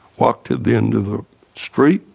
walked to the end of the street,